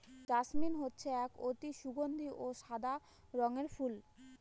jasmine হচ্ছে একটি অতি সগন্ধি ও সাদা রঙের ফুল